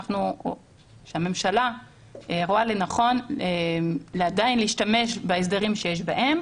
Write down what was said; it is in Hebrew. שהממשלה רואה לנכון עדיין להשתמש בהסדרים שיש בהן.